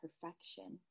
perfection